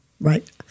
right